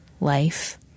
life